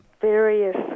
Various